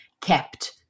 kept